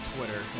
Twitter